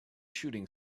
shooting